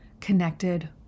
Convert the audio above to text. connected